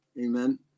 Amen